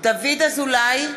דוד אזולאי,